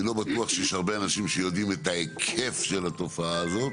אני לא בטוח שיש הרבה אנשים שיודעים את ההיקף של התופעה הזאת,